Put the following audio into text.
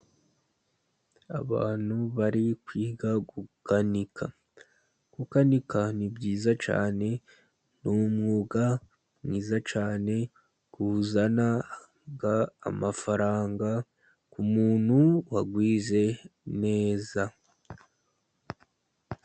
Abantu bari kwiga gukanika. Gukanika ni byiza cyane, ni umwuga mwiza cyane, uzana amafaranga, ku muntu wawize neza.